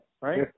right